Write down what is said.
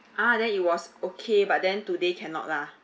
ah then it was okay but then today cannot lah